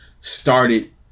started